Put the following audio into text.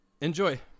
Enjoy